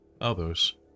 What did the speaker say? others